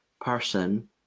person